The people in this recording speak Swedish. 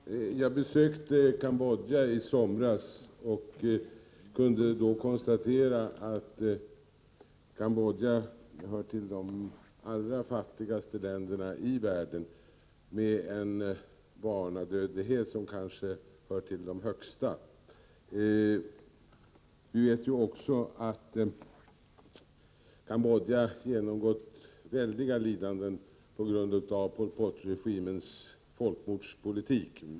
Herr talman! Jag besökte Cambodja i somras och kunde då konstatera att Cambodja hör till de allra fattigaste länderna i världen, med kanske världens högsta barnadödlighet. Vi vet också att Cambodja har utstått stora lidanden på grund av Pol Pot-regimens folkmordspolitik.